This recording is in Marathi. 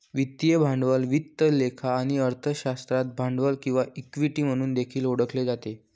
वित्तीय भांडवल वित्त लेखा आणि अर्थशास्त्रात भांडवल किंवा इक्विटी म्हणून देखील ओळखले जाते